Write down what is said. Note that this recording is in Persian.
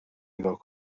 نگاه